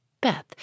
Beth